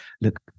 look